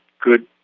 good